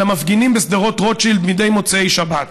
על המפגינים בשדרות רוטשילד מדי מוצאי שבת,